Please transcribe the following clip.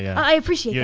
i appreciate yeah